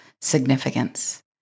significance